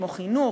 כמו חינוך,